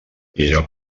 era